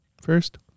first